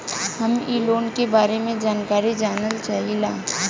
हम इ लोन के बारे मे जानकारी जाने चाहीला?